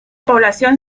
población